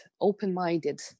open-minded